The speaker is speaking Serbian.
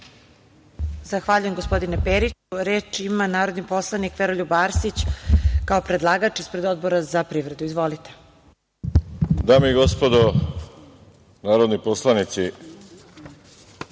Zahvaljujem, gospodine Periću. Reč ima narodni poslanik Veroljub Arsić, kao predlagač ispred Odbora za privredu. Izvolite.